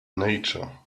nature